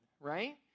right